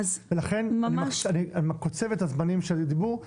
ולכן אני קוצב את זמני הדיבור,